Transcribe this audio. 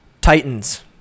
Titans